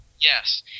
Yes